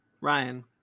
Ryan